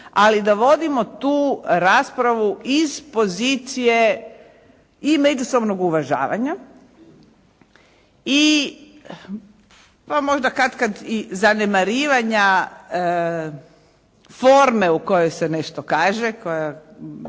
Ali dovodimo tu raspravu iz pozicije i međusobnog uvažavanja i pa možda katkad i zanemarivanja forme u kojoj se netko kaže koja